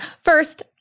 First